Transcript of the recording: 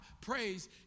praise